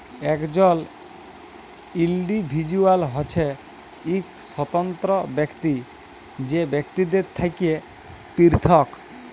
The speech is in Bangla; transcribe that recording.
একজল ইল্ডিভিজুয়াল হছে ইক স্বতন্ত্র ব্যক্তি যে বাকিদের থ্যাকে পিরথক